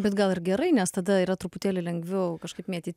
bet gal ir gerai nes tada yra truputėlį lengviau kažkaip mėtyt